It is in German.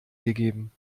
gegeben